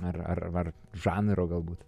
ar ar ar žanro galbūt